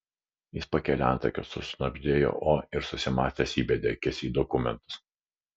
jis pakėlė antakius sušnabždėjo o ir susimąstęs įbedė akis į dokumentus